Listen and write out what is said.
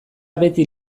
beti